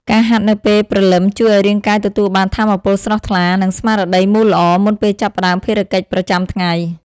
ការហាត់នៅពេលព្រលឹមជួយឱ្យរាងកាយទទួលបានថាមពលស្រស់ថ្លា និងស្មារតីមូលល្អ មុនពេលចាប់ផ្ដើមភារកិច្ចប្រចាំថ្ងៃ។